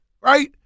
right